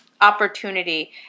opportunity